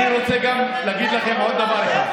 אני רוצה להגיד לכם עוד דבר אחד.